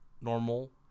normal